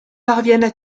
parviennent